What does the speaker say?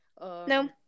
no